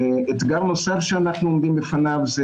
אתגר נוסף שאנחנו עומדים בפניו זה